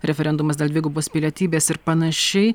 referendumas dėl dvigubos pilietybės ir panašiai